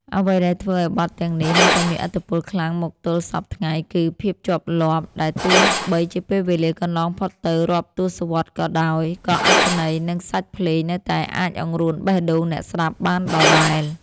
អ្វីដែលធ្វើឱ្យបទទាំងនេះនៅតែមានឥទ្ធិពលខ្លាំងមកទល់សព្វថ្ងៃ គឺ ភាពជាប់លាប់ ដែលទោះបីជាពេលវេលាកន្លងផុតទៅរាប់ទសវត្សរ៍ក៏ដោយ ក៏អត្ថន័យ និងសាច់ភ្លេងនៅតែអាចអង្រួនបេះដូងអ្នកស្ដាប់បានដដែល។